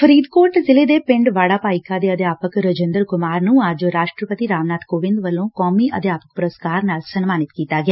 ਫਰੀਦਕੋਟ ਜ਼ਿਲੇ ਦੇ ਪਿੰਡ ਵਾੜਾ ਭਾਈਕਾ ਦੇ ਅਧਿਆਪਕ ਰਜਿੰਦਰ ਕੁਮਾਰ ਨੰ ਅੱਜ ਰਾਸ਼ਟਰਪਤੀ ਰਾਮਨਾਬ ਕੋਵਿੰਦ ਵੱਲੋਂ ਕੋਮੀ ਅਧਿਆਪਕ ਪੁਰਸਕਾਰ ਨਾਲ ਸਨਮਾਨਿਤ ਕੀਤਾ ਗਿਆ